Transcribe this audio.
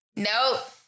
Nope